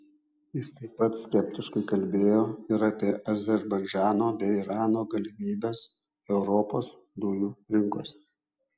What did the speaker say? jis taip pat skeptiškai kalbėjo ir apie azerbaidžano bei irano galimybes europos dujų rinkose